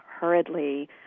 hurriedly